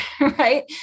right